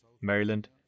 Maryland